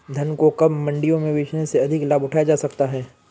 धान को कब मंडियों में बेचने से अधिक लाभ उठाया जा सकता है?